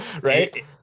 right